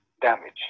damage